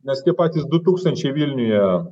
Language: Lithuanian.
nes tie patys du tūkstančiai vilniuje